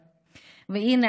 והינה,